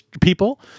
people